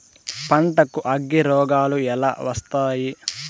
పంటకు అగ్గిరోగాలు ఎలా వస్తాయి?